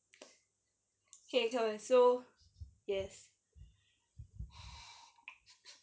okay so yes